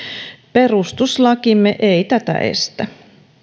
perustuslakimme ei tätä estä